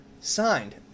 signed